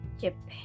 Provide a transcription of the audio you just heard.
Japan